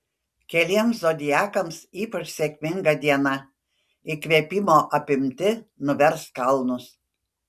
keliems zodiakams ypač sėkminga diena įkvėpimo apimti nuvers kalnus